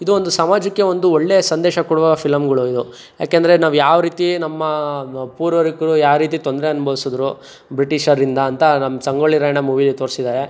ಇದೊಂದು ಸಮಾಜಕ್ಕೆ ಒಂದು ಒಳ್ಳೆಯ ಸಂದೇಶ ಕೊಡುವ ಫಿಲಮ್ಗಳು ಇವು ಏಕೆಂದ್ರೆ ನಾವು ಯಾವ ರೀತಿ ನಮ್ಮ ಪೂರ್ವಿಕ್ರು ಯಾವ ರೀತಿ ತೊಂದರೆ ಅನುಭೌಸಿದ್ರು ಬ್ರಿಟಿಷರಿಂದ ಅಂತ ನಮ್ಮ ಸಂಗೊಳ್ಳಿ ರಾಯಣ್ಣ ಮೂವೀಲಿ ತೋರ್ಸಿದ್ದಾರೆ